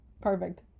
Perfect